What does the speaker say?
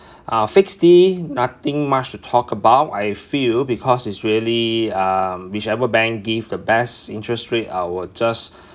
uh fixed D nothing much to talk about I feel because it's really um whichever bank give the best interest rate I'll just